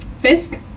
Fisk